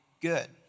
good